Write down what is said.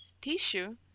Tissue